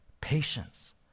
patience